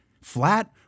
Flat